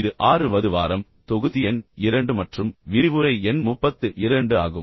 இது 6 வது வாரம் தொகுதி எண் 2 மற்றும் விரிவுரை எண் 32 ஆகும்